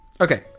Okay